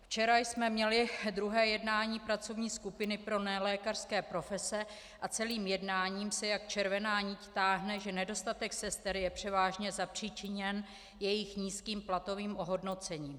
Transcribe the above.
Včera jsme měli druhé jednání pracovní skupiny pro nelékařské profese a celým jednáním se jako červená nit táhne, že nedostatek sester je převážně zapříčiněn jejich nízkým platovým ohodnocením.